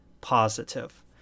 positive